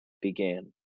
began